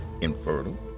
infertile